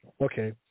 okay